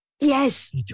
Yes